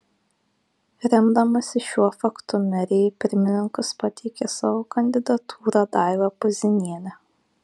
remdamasi šiuo faktu merė į pirmininkus pateikė savo kandidatūrą daivą puzinienę